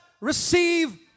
receive